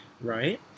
Right